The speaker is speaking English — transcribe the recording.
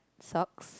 socks